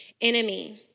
enemy